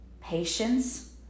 patience